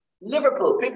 Liverpool